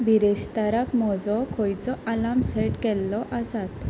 बिरेस्ताराक म्हजो खंयचो alarm set केल्लो आसात